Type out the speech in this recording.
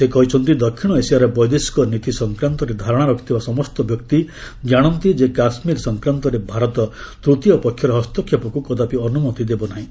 ସେ କହିଛନ୍ତି ଦକ୍ଷିଣ ଏସିୟାର ବୈଦେଶିକ ନୀତି ସଂକ୍ରାନ୍ତରେ ଧାରଣା ରଖିଥିବା ସମସ୍ତ ବ୍ୟକ୍ତି ଜାଣନ୍ତି ଯେ କାଶ୍ମୀର ସଂକ୍ରାନ୍ତରେ ଭାରତ ତୂତୀୟ ପକ୍ଷର ହସ୍ତକ୍ଷେପକୁ କଦାପି ଅନୁମତି ଦେବ ନାହିଁ